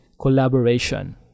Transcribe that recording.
collaboration